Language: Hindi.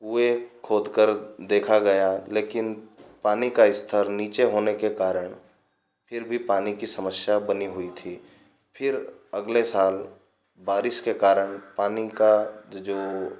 कुएँ खोदकर देखा गया लेकिन पानी का स्तर नीचे होने के कारण फिर भी पानी की समस्या बनी हुई थी फिर अगले साल बारिश के कारण पानी का जो